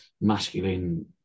masculine